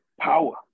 power